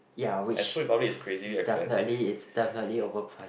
ya which it's definitely it's definitely over priced